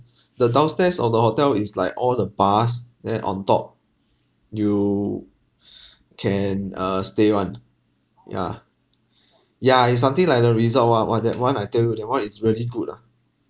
the downstairs or the hotel is like all the bus then on top you can uh stay [one] yeah ya it's something like the resort !wah! !wah! that one I tell you that one is really good ah